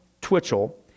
Twitchell